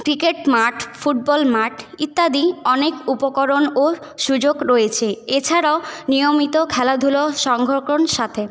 cricket মাঠ football মাঠ ইত্যাদি অনেক উপকরণ ও সুযোগ রয়েছে এছাড়াও নিয়মিত খেলাধুলো সংরক্ষণ সাথে